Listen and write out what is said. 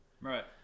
Right